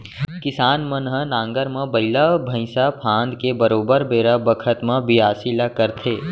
किसान मन ह नांगर म बइला भईंसा फांद के बरोबर बेरा बखत म बियासी ल करथे